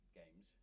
games